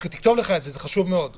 תכתוב לך את זה, זה חשוב מאוד.